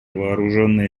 вооруженные